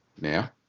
now